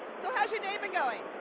so how's your day been going?